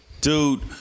dude